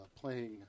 playing